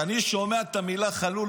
כשאני שומע את המילה "חלול",